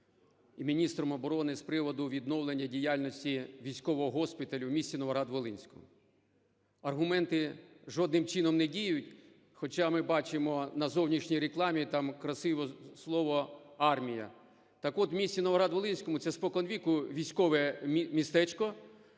і міністром оборони з приводу відновлення діяльності військового госпіталю в місті Новоград-Волинському. Аргументи жодним чином не діють, хоча ми бачимо на зовнішній рекламі - там красиво слово "Армія". Так от, в місті Новоград-Волинському, це споконвіку військове містечко,